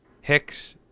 Hicks